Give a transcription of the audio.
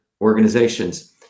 organizations